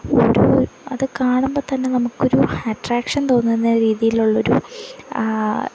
ഓരോ അത് കാണുമ്പോള് തന്നെ നമുക്കൊരു അട്ട്രാക്ഷൻ തോന്നുന്ന രീതിയിലുള്ളൊരു